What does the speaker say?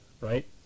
right